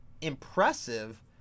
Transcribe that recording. impressive